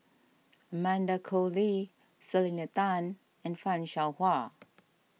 Amanda Koe Lee Selena Tan and Fan Shao Hua